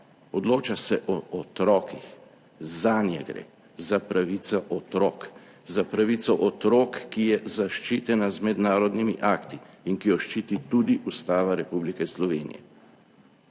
Odloča se o otrokih, zanje gre, za pravico otrok, za pravico otrok, ki je zaščitena z mednarodnimi akti in ki jo ščiti tudi Ustava Republike Slovenije.